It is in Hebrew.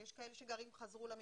יש כאלה שחזרו למשפחות.